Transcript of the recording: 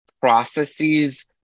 processes